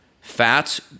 fats